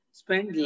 spend